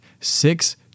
six